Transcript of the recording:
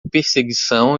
perseguição